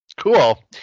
Cool